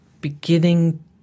beginning